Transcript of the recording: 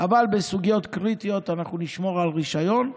אבל בסוגיות קריטיות אנחנו נשמור על רישיון,